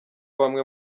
bamwe